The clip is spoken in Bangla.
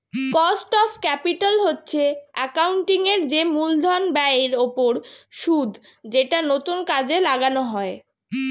কস্ট অফ ক্যাপিটাল হচ্ছে অ্যাকাউন্টিং এর যে মূলধন ব্যয়ের ওপর সুদ যেটা নতুন কাজে লাগানো হয়